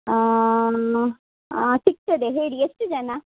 ಸಿಗ್ತದೆ ಹೇಳಿ ಎಷ್ಟು ಜನ